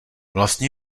vlastně